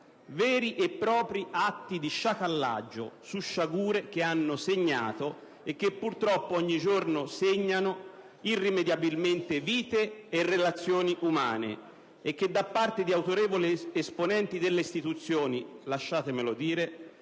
veri e propri atti di sciacallaggio su sciagure che hanno segnato e che purtroppo ogni giorno segnano irrimediabilmente vite e relazioni umane, e che da parte di autorevoli esponenti delle istituzioni - lasciatemelo dire